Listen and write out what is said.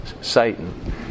Satan